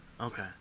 Okay